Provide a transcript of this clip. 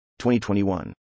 2021